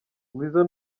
weasel